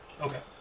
Okay